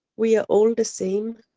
we are all the same.